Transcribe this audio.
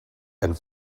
and